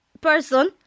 person